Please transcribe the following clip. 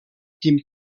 team